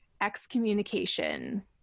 excommunication